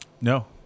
No